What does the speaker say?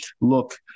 look